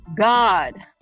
God